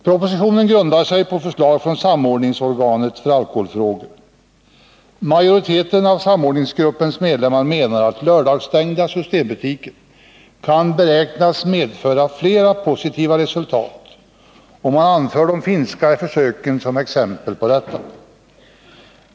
Propositionen grundar sig på förslag från samordningsorganet för alkoholfrågor. Majoriteten av samordningsgruppens medlemmar menar att lördagsstängda systembutiker kan beräknas medföra flera positiva resultat, och man anför de finska försöken som exempel på detta.